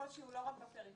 הקושי הוא לא רק בפריפריה.